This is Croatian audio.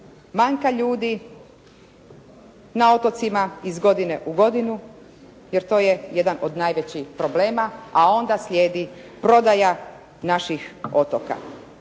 manjka ljudi na otocima iz godine u godinu, jer to je jedan od najvećih problema a onda slijedi prodaja naših otoka.